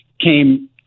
came